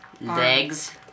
Legs